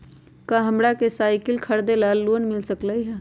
का हमरा के साईकिल खरीदे ला लोन मिल सकलई ह?